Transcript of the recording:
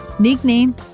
Nickname